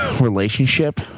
relationship